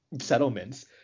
settlements